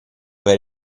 per